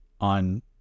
on